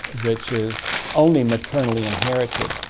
which is only maternally inherited.